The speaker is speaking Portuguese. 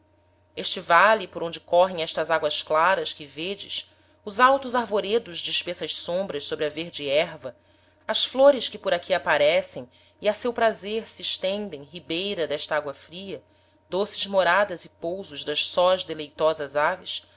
este vale por onde correm estas agoas claras que vêdes os altos arvoredos de espessas sombras sobre a verde erva as flores que por aqui aparecem e a seu prazer se estendem ribeira d'esta agoa fria doces moradas e pousos das sós deleitosas aves